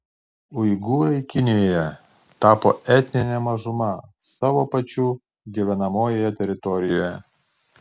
uigūrai kinijoje tapo etnine mažuma savo pačių gyvenamoje teritorijoje